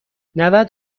نود